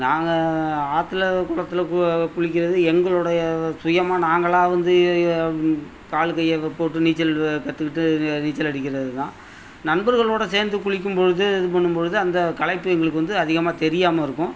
நாங்கள் ஆத்தில் கொளத்தில் கு குளிக்கிறது எங்களுடைய சுயமாக நாங்களாக வந்து கால் கையை போட்டு நீச்சல் கத்துக்கிட்டு இங்கே நீச்சல் அடிக்கிறது தான் நண்பர்களோட சேர்ந்து குளிக்கும்பொழுது இது பண்ணும்பொழுது அந்த களைப்பு எங்களுக்கு வந்து அதிகமாக தெரியாமல் இருக்கும்